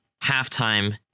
halftime